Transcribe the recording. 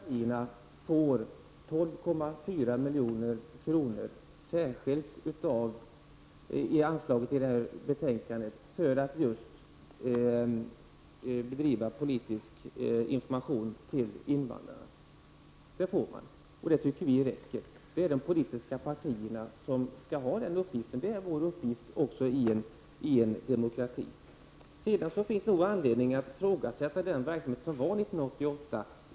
Herr talman! Det viktigaste för oss moderater är ändå att man i utskottets betänkande föreslår att det politiska partierna skall få ett särskilt anslag på 12,4 milj.kr. för att just bedriva politisk information till invandrarna. Det får man, och det tycker vi räcker. Det är de politiska partierna som skall ha denna uppgift. Det är vår uppgift i en demokrati. Det finns nog anledning att ifrågasätta den verksamhet som bedrevs år 1988.